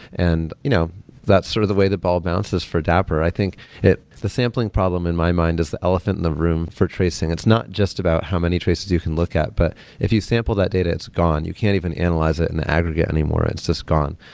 and you know that sort of the way the ball bounces for dapper, i think the sampling problem in my mind is the elephant in the room for tracing. it's not just about how many traces you can look at, but if you sample that data it's gone. you can't even analyze it and aggregate anymore. it's just gone.